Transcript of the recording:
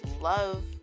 love